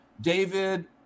David